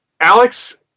Alex